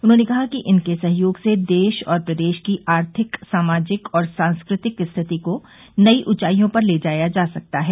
उन्होंने कहा कि इनके सहयोग से देश और प्रदेश की आर्थिक सामाजिक और सांस्कृतिक रिथिति को नई ऊँचाईयों पर ले जाया जा सकता है